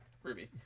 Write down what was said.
Ruby